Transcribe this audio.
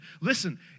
Listen